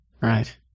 Right